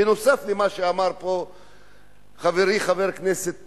נוסף על מה שאמר פה חברי חבר הכנסת טיבי,